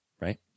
right